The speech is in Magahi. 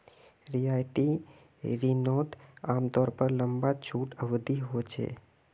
रियायती रिनोत आमतौर पर लंबा छुट अवधी होचे